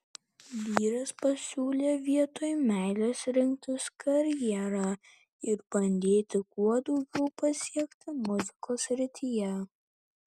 vyras pasiūlė vietoj meilės rinktis karjerą ir bandyti kuo daugiau pasiekti muzikos srityje